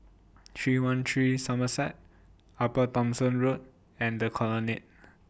three one three Somerset Upper Thomson Road and The Colonnade